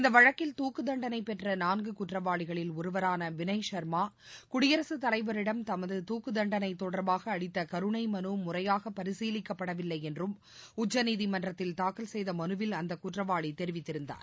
இந்த வழக்கில் தூக்கு தண்டனை பெற்ற நான்கு குற்றவாளிகளில் ஒருவரான வினைய் சர்மா குடியரகத் தலைவரிடம் தமது துக்குதன்டளை தொடர்பாக அளித்த கருணை மலு முறையாக பரிசீலிக்கப்படவில்லை என்றம் உச்சநீதிமன்றத்தில் தூக்கல் செய்த மனுவில் அந்த குற்றவாளி தெரிவித்திருந்தார்